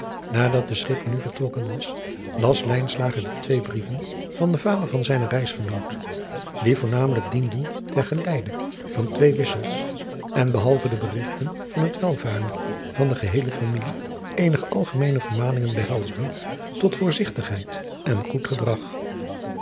nadat de schipper nu vertrokken was las lijnslager de twee brieven van den vader van zijnen reisgenoot die voornamelijk dienden ter geleide van twee wissels en behalve de berigten van het welvaren van de geheele familie eenige algemeene vermaningen behelsden tot voorzigtigheid en goed gedrag